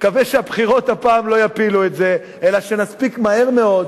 נקווה שהבחירות הפעם לא יפילו את זה אלא נספיק מהר מאוד,